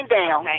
down